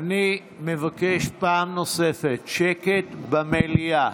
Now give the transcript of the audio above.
אני מבקש פעם נוספת שקט במליאה.